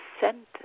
sentence